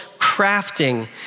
crafting